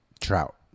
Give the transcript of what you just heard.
Trout